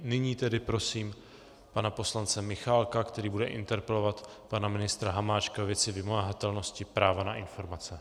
Nyní tedy prosím pana poslance Michálka, který bude interpelovat pana ministra Hamáčka ve věci vymahatelnosti práva na informace.